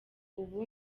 ubu